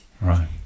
Right